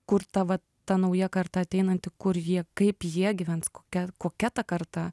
kur ta va ta nauja karta ateinanti kur jie kaip jie gyvens kokia kokia ta karta